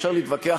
אפשר להתווכח,